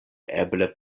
eble